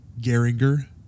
geringer